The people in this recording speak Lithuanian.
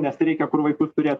nes reikia kur vaikus turėt